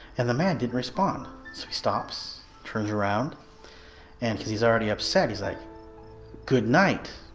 and the man didn't respond so he stops turns around and he's he's already upset he's like good night,